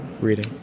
reading